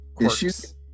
issues